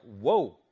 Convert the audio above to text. whoa